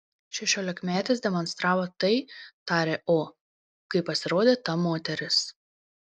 šešiolikmetis demonstravo tai tarė o kai pasirodė ta moteris